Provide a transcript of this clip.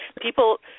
People